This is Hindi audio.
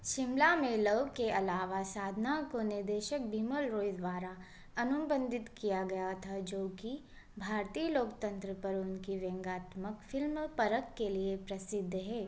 शिमला में लव के अलावा साधना को निर्देशक बिमल रॉय द्वारा अनुबंधित किया गया था जो कि भारतीय लोकतंत्र पर उनकी व्यंग्यात्मक फ़िल्म परख के लिए प्रसिद्ध है